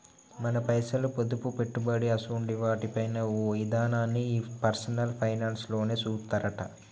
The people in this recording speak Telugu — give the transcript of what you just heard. మన పైసలు, పొదుపు, పెట్టుబడి అసోంటి వాటి పైన ఓ ఇదనాన్ని ఈ పర్సనల్ ఫైనాన్స్ లోనే సూత్తరట